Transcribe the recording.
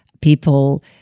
people